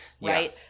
right